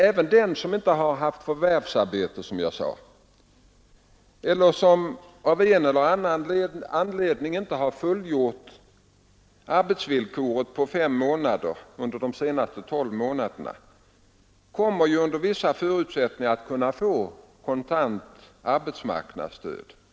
Även den som inte har haft förvärvsarbete eller som av en eller annan anledning inte fullgjort arbetsvillkoret på fem månader under de senaste tolv månaderna kommer ju under vissa förutsättningar att kunna få kontant arbetsmarknadsstöd.